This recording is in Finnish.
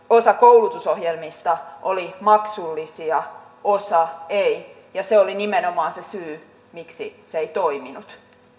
osa koulutusohjelmista oli maksullisia osa ei ja se oli nimenomaan se syy miksi se ei toiminut